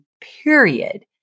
Period